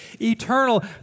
eternal